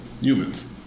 humans